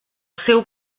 seu